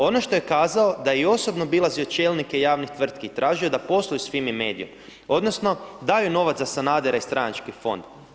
Ono što je kazao da je i osobno obilazio čelnike javnih tvrtki, tražio da posluju sa FIMI MEDIA-om odnosno daju novac za Sanadera i stranački fond.